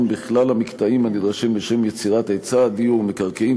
בכלל המקטעים הנדרשים לשם יצירת היצע הדיור: מקרקעין,